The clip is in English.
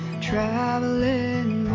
Traveling